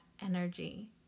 energy